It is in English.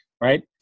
Right